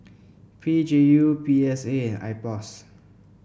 P G U P S A and IPOS